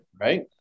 Right